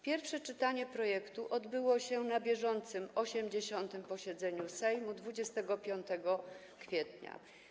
Pierwsze czytanie projektu odbyło się na bieżącym 80. posiedzeniu Sejmu 25 kwietnia.